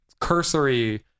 cursory